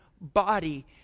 body